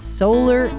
solar